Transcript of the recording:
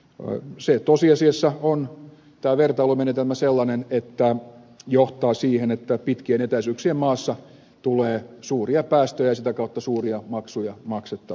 tämä vertailumenetelmä tosiasiassa on sellainen että se johtaa siihen että pitkien etäisyyksien maassa tulee suuria päästöjä ja sitä kautta suuria maksuja maksettavaksi